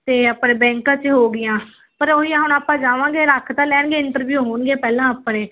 ਅਤੇ ਆਪਣੇ ਬੈਂਕਾਂ 'ਚ ਹੋ ਗਈਆਂ ਪਰ ਉਹ ਹੀ ਆ ਹੁਣ ਆਪਾਂ ਜਾਵਾਂਗੇ ਰੱਖ ਤਾਂ ਲੈਣਗੇ ਇੰਟਰਵਿਊ ਹੋਣਗੇ ਪਹਿਲਾਂ ਆਪਣੇ